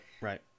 Right